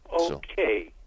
Okay